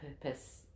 purpose